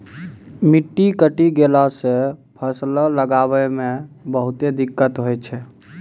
मिट्टी कटी गेला सॅ फसल लगाय मॅ बहुते दिक्कत होय छै